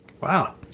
Wow